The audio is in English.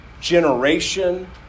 generation